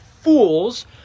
fools